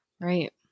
Right